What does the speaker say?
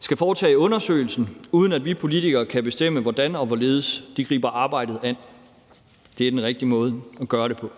skal foretage undersøgelsen, uden at vi politikere kan bestemme, hvordan og hvorledes de griber arbejdet an. Det er den rigtige måde at gøre det på.